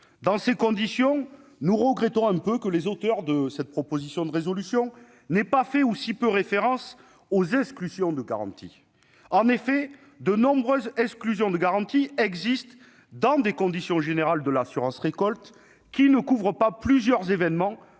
Dans ces conditions, nous regrettons que les auteurs de la proposition de résolution n'aient pas fait référence- ou si peu ! -aux exclusions de garantie. En effet, de nombreuses exclusions de garantie existent dans les conditions générales de l'assurance récolte, laquelle ne couvre pas plusieurs événements